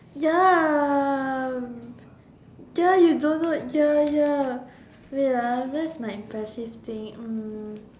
ya ya you don't know ya ya wait ah what's my impressive thing um